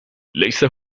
ليس